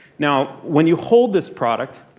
now, when you hold this product,